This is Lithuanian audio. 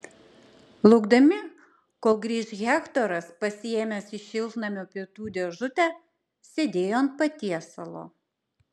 laukdami kol grįš hektoras pasiėmęs iš šiltnamio pietų dėžutę sėdėjo ant patiesalo